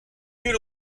nul